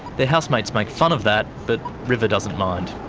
their housemates make fun of that but river doesn't mind.